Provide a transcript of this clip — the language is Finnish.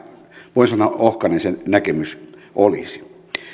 voi sanoa ohkainen se näkemys olisi